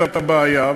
את הבעיה,